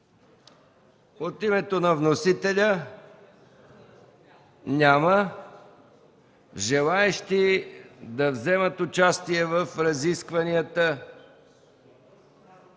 От името на вносителя има ли желаещи да вземат участие в разискванията?